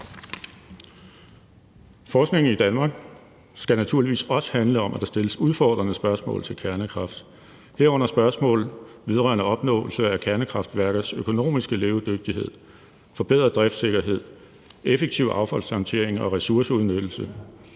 Forskningen i Danmark skal naturligvis også handle om, at der stilles udfordrende spørgsmål til kernekraft, herunder spørgsmål vedrørende opnåelse af kernekraftværkers økonomiske levedygtighed, forbedret driftssikkerhed, effektiv affaldshåndtering og ressourceudnyttelse,